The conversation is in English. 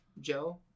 Joe